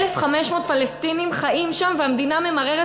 1,500 פלסטינים חיים שם והמדינה ממררת